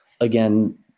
again